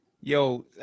Yo